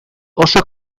oso